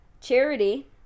Charity